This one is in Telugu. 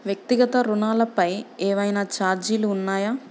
వ్యక్తిగత ఋణాలపై ఏవైనా ఛార్జీలు ఉన్నాయా?